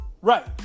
right